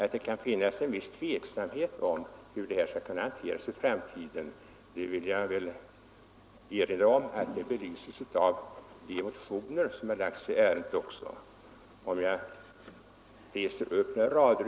Att det kan finnas en viss tveksamhet om hur den här frågan skall kunna hanteras i framtiden belyses av de motioner som väckts i ärendet.